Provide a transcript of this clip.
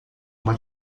uma